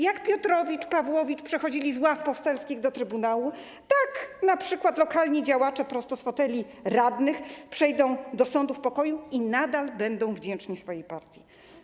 Jak Piotrowicz, Pawłowicz przechodzili z ław poselskich do Trybunału, tak np. lokalni działacze prosto z foteli radnych przejdą do sądów pokoju i nadal będą wdzięczni swojej partii.